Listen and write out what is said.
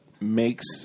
makes